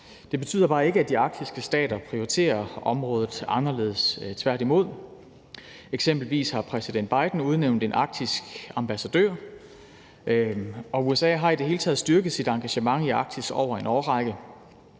det betyder bare ikke, at de arktiske stater prioriterer området anderledes, tværtimod. Eksempelvis har præsident Biden udnævnt en arktisk ambassadør, og USA har i det hele taget styrket sit engagement i Arktis over en årrække.